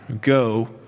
Go